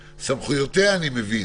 "סמכויותיה" אני מבין,